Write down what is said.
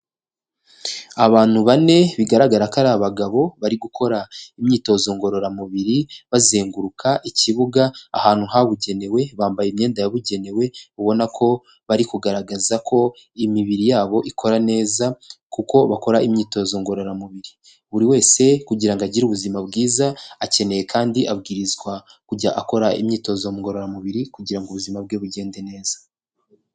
Abantu bane bigaragara ko ari abagabo bari gukora imyitozo ngororamubiri, bazenguruka ikibuga ahantu habugenewe, bambaye imyenda yabugenewe, ubona ko bari kugaragaza ko imibiri yabo ikora neza kuko bakora imyitozo ngororamubiri. Buri wese kugira ngo agire ubuzima bwiza, akeneye kandi abwirizwa kujya akora imyitozo ngororamubiri kugira ngo ubuzima bwe bugende neza.